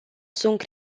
sunt